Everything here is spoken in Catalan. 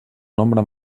nombre